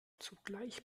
zugleich